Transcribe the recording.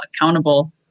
accountable